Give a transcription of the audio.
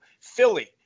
Philly